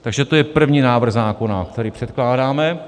Takže to je první návrh zákona, který předkládáme.